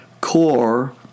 core